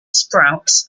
sprouts